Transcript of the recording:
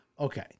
Okay